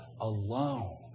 alone